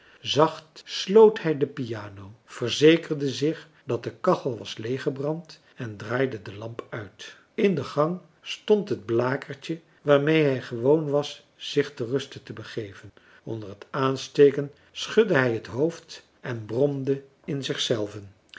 zacht sloot hij de piano verzekerde zich dat de kachel was leeggebrand en draaide de lamp uit in den gang stond het blakertje waarmede hij gewoon was zich ter ruste te begeven onder het aansteken schudde hij het hoofd en bromde in zich zelven